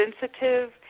sensitive